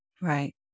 Right